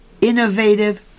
innovative